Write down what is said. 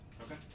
Okay